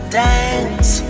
dance